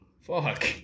Fuck